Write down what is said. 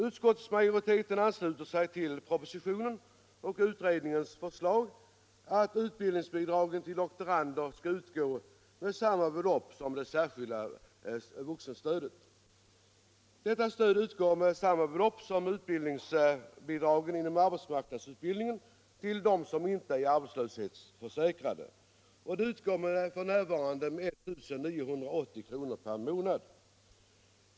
Utskottsmajoriteten ansluter sig till propositionens och utredningens förslag att utbildningsbidraget till doktorander skall utgå med samma belopp som det särskilda vuxenstödet, dvs. med samma belopp som utbildningsbidraget inom arbetsmarknadsutbildningen till studerande som inte är arbetslöshetsförsäkrade. Det utgör f.n. 1980 kr. per månad.